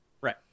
Right